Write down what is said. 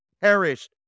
perished